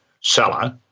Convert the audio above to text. seller